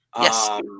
Yes